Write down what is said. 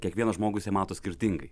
kiekvienas žmogus ją mato skirtingai